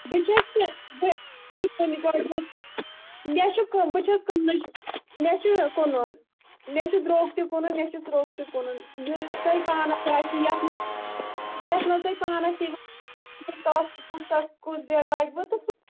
بہٕ چھَس مےٚ چھُ کٕن بہٕ چھَس کٕنٕنچ مےٚ چھُ کٕنُن مےٚ چھُ درٛوگ تہِ کٕنُن مےٚ چھُ سروٚگ تہِ کٕنُن یُس تۄہہِ پانَس باسہِ یَتھ منٛز یَتھ منٛز تۄہہِ پانَس کُس بیگ لَگِوٕ تہٕ سُہ